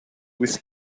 with